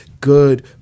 good